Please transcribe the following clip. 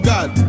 God